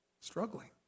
struggling